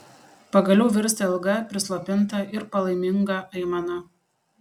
pagaliau virsta ilga prislopinta ir palaiminga aimana